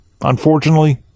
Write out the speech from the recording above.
unfortunately